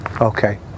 Okay